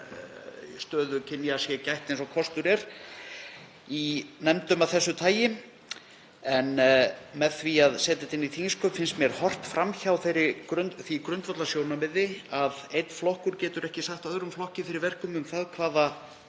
stöðu kynja sé gætt eins og kostur er í nefndum af þessu tagi. En með því að setja þetta inn í þingsköp finnst mér horft fram hjá því grundvallarsjónarmiði að einn flokkur getur ekki sagt öðrum flokki fyrir verkum um það hvaða